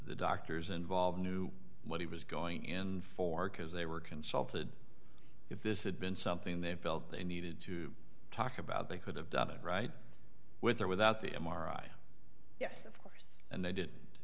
the doctors involved knew what he was going in for because they were consulted if this had been something they felt they needed to talk about they could have done it right with or without the m r i yes of course and they did